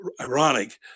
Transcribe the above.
ironic